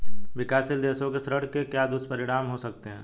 विकासशील देशों के ऋण के क्या दुष्परिणाम हो सकते हैं?